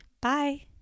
Bye